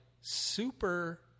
super